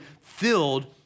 filled